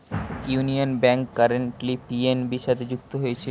union bank currently PNB সাথে যুক্ত হয়েছে